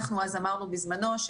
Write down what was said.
אנחנו אז אמרנו בזמנו,